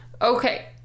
Okay